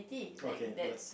okay like